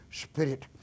spirit